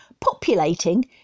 populating